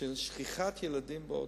של שכיחת ילדים באוטו.